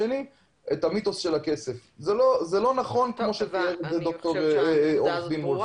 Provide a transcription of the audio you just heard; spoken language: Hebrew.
המיתוס של הכסף לא נכון כמו שתיאר עו"ד וולפסון.